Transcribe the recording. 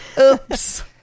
Oops